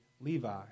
Levi